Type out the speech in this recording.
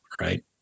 right